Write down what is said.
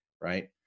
right